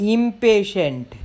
Impatient